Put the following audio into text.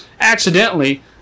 accidentally